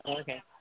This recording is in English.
Okay